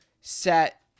set